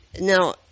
Now